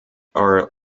are